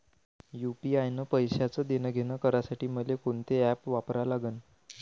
UPI न पैशाचं देणंघेणं करासाठी मले कोनते ॲप वापरा लागन?